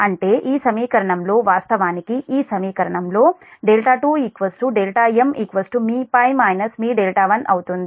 అంటే ఈ సమీకరణంలో వాస్తవానికి ఈ సమీకరణంలో 2 m మీ π మీ δ1 అవుతుంది